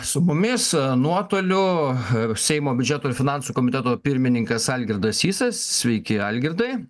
su mumis nuotoliu seimo biudžeto ir finansų komiteto pirmininkas algirdas sysas sveiki algirdai